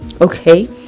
okay